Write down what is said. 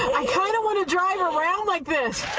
i kind of want to drive around like this.